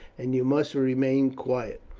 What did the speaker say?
and you must remain quiet.